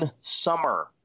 summer